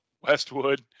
Westwood